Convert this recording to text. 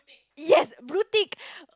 yes blue tick